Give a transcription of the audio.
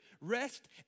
rest